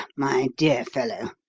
my dear fellow,